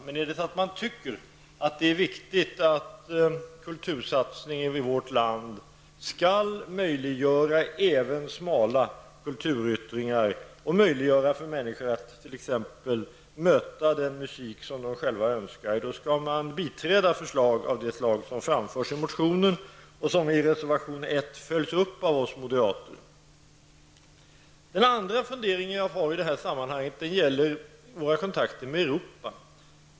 Men tycker man att det är viktigt att kultursatsningen i vårt land skall möjliggöra även smala kulturyttringar och möjliggöra för människor att t.ex. möta den musik som de själva önskar, då skall man biträda förslag av det slag som framförs i motionen och som i reservation 1 följs upp av oss moderater. Den andra funderingen jag har i det här sammanhanget gäller våra kontakter med Europa.